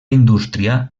indústria